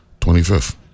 25th